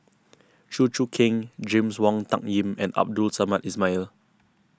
Chew Choo Keng James Wong Tuck Yim and Abdul Samad Ismail